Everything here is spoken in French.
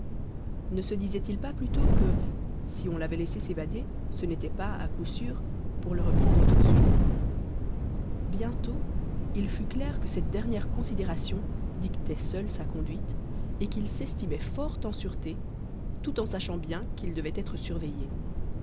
ne se disait-il pas plutôt que si on l'avait laissé s'évader ce n'était pas à coup sur pour le reprendre tout de suite bientôt il fut clair que cette dernière considération dictait seule sa conduite et qu'il s'estimait fort en sûreté tout en sachant bien qu'il devait être surveillé